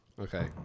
Okay